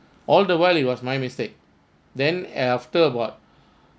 all the while it was my mistake then after about